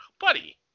buddy